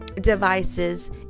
devices